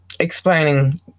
Explaining